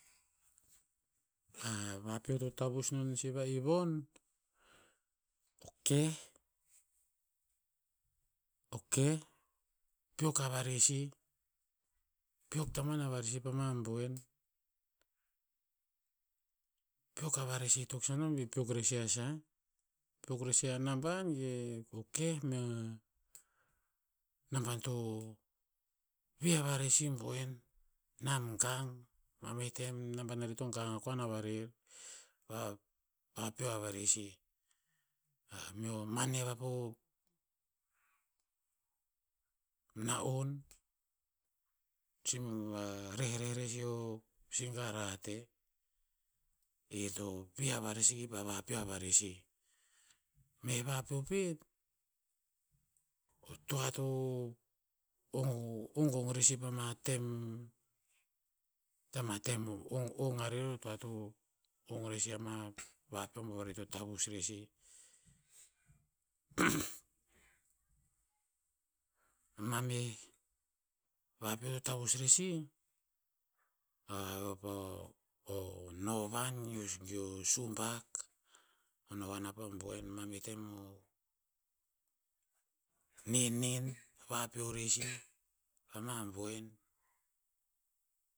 A vapeo to tavus non sih va'ih von, o keh, o keh, peok avarer sih. Peok tamuan a varer si pama boen. Peak a varer sih toksan no bir peok rer sih a sah? Peok rer siha naban ge o keh mea naban to, vih a varer si boen. Nam gang. Mameh tem naban arih to hang akoan a varer. Va- vapeo a varer sih. Meo mane vapo na'on, rehreh rer sih o sigar hat. Ir to vih a varer sih kipa vapeo a varer sih. Meh vapeo pet, o toa to, ong- o gong rer si pama tem, hikta ma tem ong ong arer otoa to ong rer si ama vapeo bovari to tavus rer sih. mameh vapeo to tavus rer sih, vapeo po novan geo- geo subak. O novan apa boen mameh tem, nenen. Vapeo rer sih pama boen.